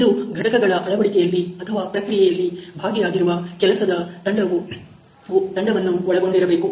ಇದು ಘಟಕಗಳ ಅಳವಡಿಕೆಯಲ್ಲಿ ಅಥವಾ ಪ್ರಕ್ರಿಯೆಯಲ್ಲಿ ಭಾಗಿಯಾಗಿವ ಕೆಲಸದ ತಂಡವವ ಒಳಗೊಂಡಿರಬೇಕು